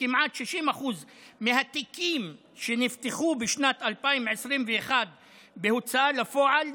כמעט 60% מהתיקים שנפתחו בשנת 2021 בהוצאה לפועל,